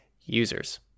users